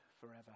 forever